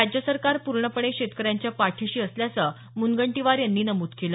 राज्य सरकार पूर्णपणे शेतकऱ्यांच्या पाठीशी असल्याचं मुनगंटीवार यांनी यावेळी नमूद केलं